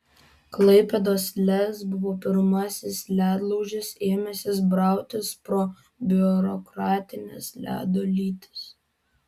klaipėdos lez buvo pirmasis ledlaužis ėmęsis brautis pro biurokratines ledo lytis